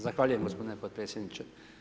Zahvaljujem gospodine potpredsjedniče.